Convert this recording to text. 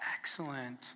Excellent